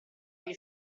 agli